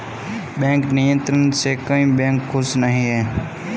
bank नियंत्रण से कई बैंक खुश नही हैं